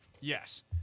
Yes